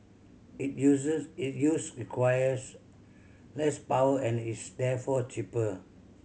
it uses it use requires less power and is therefore cheaper